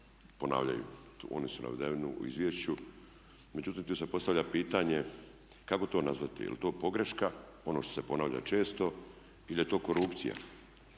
ponavljaju, oni su navedeni u izvješću. Međutim, tu se postavlja pitanje kako to nazvati, je li to pogreška, ono što se ponavlja često ili je to korupcija.